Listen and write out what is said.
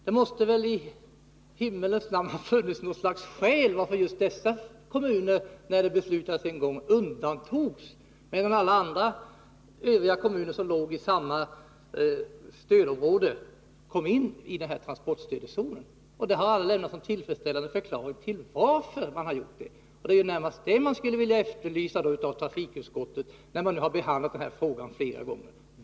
Det måste väl i himmelens namn ha funnits något slags skäl till att just dessa kommuner undantogs när det här beslutades en gång, medan alla övriga kommuner i samma stödområde inordnades i transportstödszonen. Det har aldrig lämnats någon tillfredsställande förklaring till detta. Det är närmast den förklaringen från trafikutskottet som man efterlyser, eftersom utskottet nu har behandlat denna fråga flera gånger.